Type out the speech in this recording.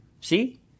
See